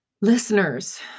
listeners